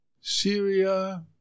Syria